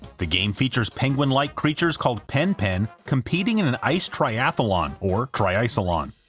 the game features penguin-like creatures called pen pen competing in an ice triathalon, or triicelon.